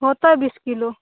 होएतै बीस किलो